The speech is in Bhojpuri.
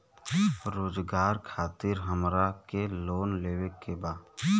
रोजगार खातीर हमरा के लोन लेवे के बा?